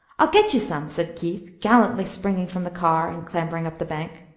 i'll get you some, said keith, gallantly springing from the car and clambering up the bank.